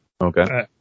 Okay